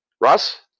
Russ